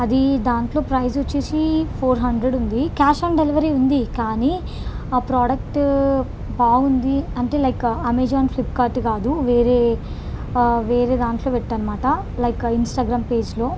అది దాంట్లో ప్రైజ్ వచ్చేసి ఫోర్ హండ్రెడ్ ఉంది క్యాష్ ఆన్ డెలివరీ ఉంది కానీ ఆ ప్రోడక్ట్ బాగుంది అంటే లైక్ అమెజాన్ ఫ్లిప్కార్ట్ కాదు వేరే వేరే దాంట్లో పెట్టాను అన్నమాట లైక్ ఇన్స్టాగ్రామ్ ఫేజ్లో